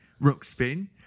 Rookspin